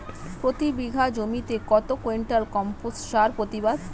প্রতি বিঘা জমিতে কত কুইন্টাল কম্পোস্ট সার প্রতিবাদ?